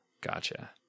Gotcha